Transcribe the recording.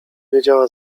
wiedziała